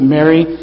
Mary